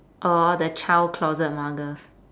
oh the child closet muggers